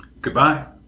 Goodbye